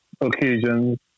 occasions